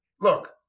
Look